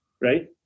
right